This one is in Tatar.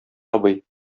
абый